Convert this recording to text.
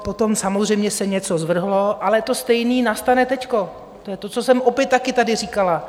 Potom samozřejmě se něco zvrhlo, ale to stejné nastane teď, to, co jsem opět také tady říkala.